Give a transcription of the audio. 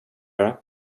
göra